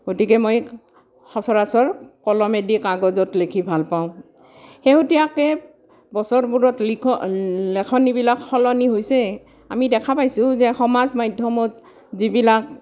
গতিকে মই সচৰাচৰ কলমেদি কাগজত লিখি ভাল পাওঁ শেহতীয়াকৈ বছৰবোৰত লিখ লেখনিবিলাক সলনি হৈছে আমি দেখা পাইছোঁ যে সমাজ মাধ্যমত যিবিলাক